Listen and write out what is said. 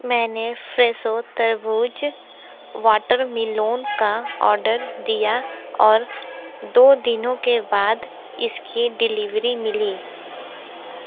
मैंने फ़्रेसो तरबूज वाटरमिलोन का आर्डर दिया और दो दिनों के बाद इसकी डिलीवरी मिली